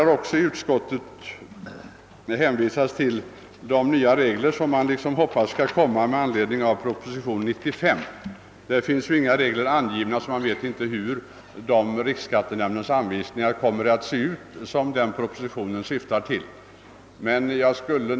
I utskottsutlåtandet hänvisas också till de nya regler som man hoppas skall införas sedan beslut i anledning av proposition nr 95 fattats. Vi vet ju ännu inte hur de anvisningar kommer att se ut som riksskattenämnden skall utfär da.